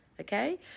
okay